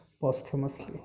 posthumously